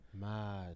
Mad